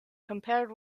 compared